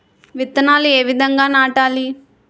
విత్తనాలు ఏ విధంగా నాటాలి?